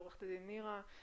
עורכת הדין נירה,